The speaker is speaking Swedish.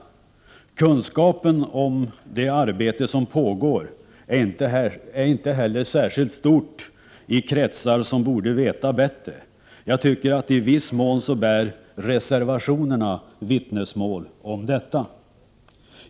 Kunskapen om det arbete som pågår är inte heller särskilt stor i kretsar som borde veta bättre. Jag tycker att reservationerna i viss mån bär vittnesmål om detta.